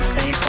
Say